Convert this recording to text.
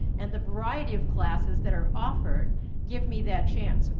and the variety of classes that are offered give me that chance.